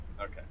Okay